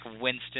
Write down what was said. Winston